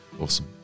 Awesome